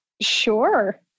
Sure